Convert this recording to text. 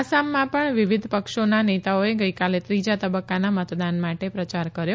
આસામમાં પણ વિવિધ પક્ષોના નેતાઓએ ગઈકાલે ત્રીજા તબક્કાના મતદાન માટે પ્રચાર કર્યો